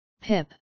Pip